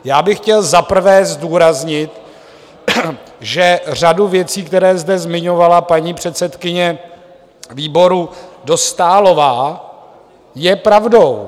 Já bych chtěl za prvé zdůraznit, že řadu věcí, které zde zmiňovala paní předsedkyně výboru Dostálová, je pravdou.